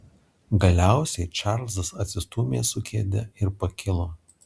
galiausiai čarlzas atsistūmė su kėde ir pakilo